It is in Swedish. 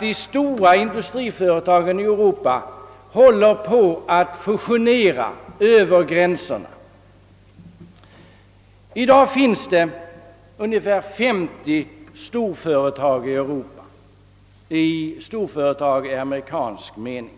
de stora industriföretagen i Europa på att fusionera över gränserna. I dag finns det i Europa ungefär 50 storföretag i amerikansk mening.